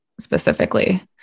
specifically